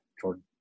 Jordan